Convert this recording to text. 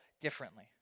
differently